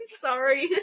Sorry